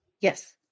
Yes